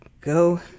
Go